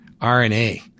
RNA